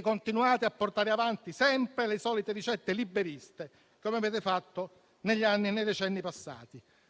Continuate infatti a portare avanti sempre le solite ricette liberiste, come avete fatto negli anni e nei decenni passati.